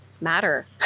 matter